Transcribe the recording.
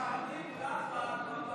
אז